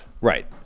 Right